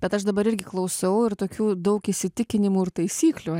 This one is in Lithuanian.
bet aš dabar irgi klausau ir tokių daug įsitikinimų ir taisyklių